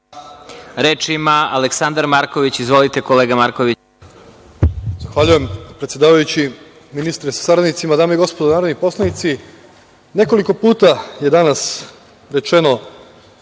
poslanik Aleksandar Marković. Izvolite. **Aleksandar Marković** Zahvaljujem, predsedavajući. Ministre sa saradnicima, dame i gospodo narodni poslanici, nekoliko puta je danas rečeno,